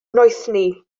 noethni